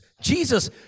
Jesus